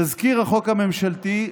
תזכיר החוק הממשלתי,